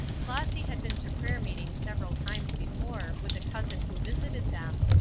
flossy had been to prayer-meeting several times before with a cousin who visited them,